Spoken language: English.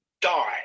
die